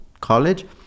college